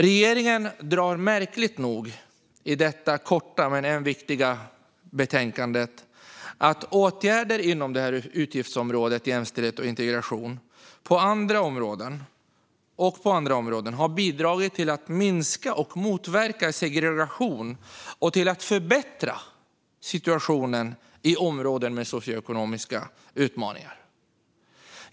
I detta korta men viktiga betänkande drar regeringen märkligt nog slutsatsen att åtgärder både inom detta utgiftsområde, som handlar om jämställdhet och integration, och på andra områden har bidragit till att minska och motverka segregation och till att förbättra situationen i områden med socioekonomiska utmaningar. Fru talman!